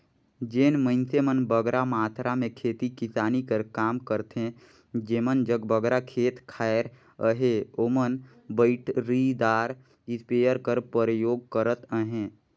जेन मइनसे मन बगरा मातरा में खेती किसानी कर काम करथे जेमन जग बगरा खेत खाएर अहे ओमन बइटरीदार इस्पेयर कर परयोग करत अहें